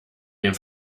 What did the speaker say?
den